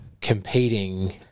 competing